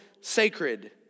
sacred